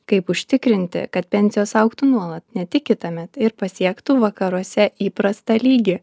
kaip užtikrinti kad pensijos augtų nuolat ne tik kitąmet ir pasiektų vakaruose įprastą lygį